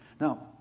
Now